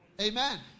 Amen